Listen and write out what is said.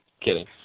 Kidding